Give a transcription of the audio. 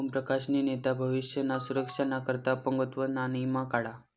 ओम प्रकाश नी तेना भविष्य ना सुरक्षा ना करता अपंगत्व ना ईमा काढा